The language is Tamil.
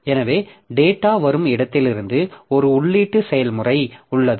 எனவே டேட்டா வரும் இடத்திலிருந்து ஒரு உள்ளீட்டு செயல்முறை உள்ளது